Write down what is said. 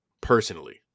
personally